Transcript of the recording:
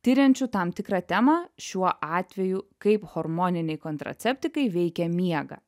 tiriančių tam tikrą temą šiuo atveju kaip hormoniniai kontraceptikai veikia miegą